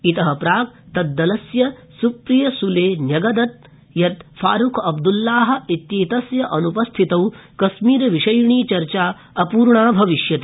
इत प्राक् उसीपी दलस्य सुप्रिया सुले न्यगदत् यत् फारूख अब्दुल्लाह इत्येतस्य अनुपस्थितौ कश्मीरविषायिणी चर्चा अपूर्णा भविष्यति